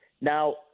Now